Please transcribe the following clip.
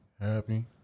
happy